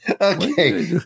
okay